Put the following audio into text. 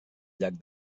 llac